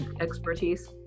expertise